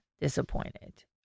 disappointed